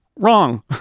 Wrong